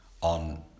on